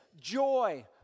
Joy